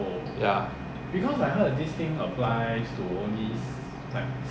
so there is this law rule I don't know whether parliament has seated to change the rule and law